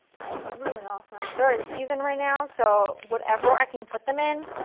that's really awesome they're in season right now so whatever i can put them in,